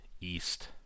East